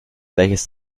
welches